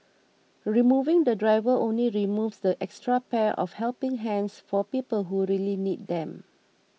removing the driver only removes that extra pair of helping hands for people who really need them